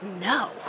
no